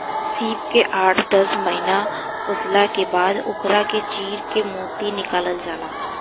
सीप के आठ दस महिना पोसला के बाद ओकरा के चीर के मोती निकालल जाला